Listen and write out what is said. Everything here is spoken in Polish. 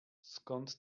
skąd